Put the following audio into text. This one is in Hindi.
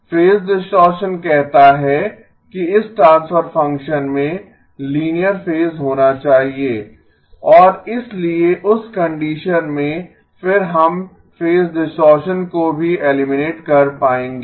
फेज डिस्टॉरशन कहता है कि इस ट्रांसफर फंक्शन में लीनियर फेज होना चाहिए और इसलिए उस कंडीशन में फिर हम फेज डिस्टॉरशन को भी एलिमिनेट कर पाएंगे